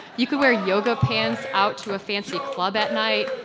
you can wear yoga pants out to a fancy club at night.